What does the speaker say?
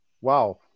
Wow